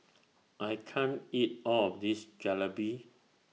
I can't eat All of This Jalebi